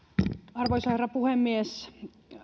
arvoisa herra puhemies